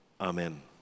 Amen